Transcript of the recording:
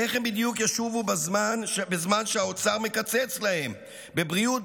איך הם בדיוק ישובו בזמן שהאוצר מקצץ להם בבריאות,